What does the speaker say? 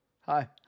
hi